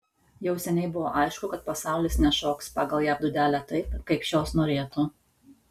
jau seniai buvo aišku kad pasaulis nešoks pagal jav dūdelę taip kaip šios norėtų